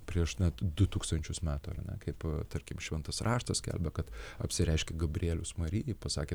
prieš net du tūkstančius metų ar ne kaip tarkim šventas raštas skelbia kad apsireiškė gabrielius marijai pasakė